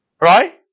Right